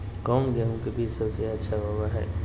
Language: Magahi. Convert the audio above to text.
कौन गेंहू के बीज सबेसे अच्छा होबो हाय?